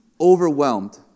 Overwhelmed